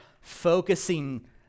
focusing